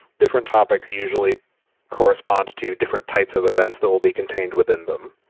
different topics usually correspond to different types of events that will be contained within them.